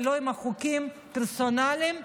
ולא עם חוקים פרסונליים ומגעילים,